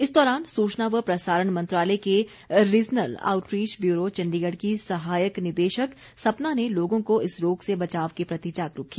इस दौरान सूचना व प्रसारण मंत्रालय के रीजनल आऊटरीच ब्यूरो चण्डीगढ़ की सहायक निदेशक सपना ने लोगों को इस रोग से बचाव के प्रति जागरूक किया